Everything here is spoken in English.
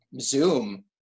Zoom